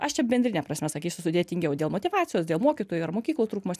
aš čia bendrine prasme sakysiu sudėtingiau dėl motyvacijos dėl mokytojų ar mokyklų trūkumas